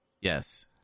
Yes